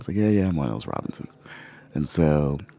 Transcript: ah yeah, yeah. i'm one of those robinsons. and so,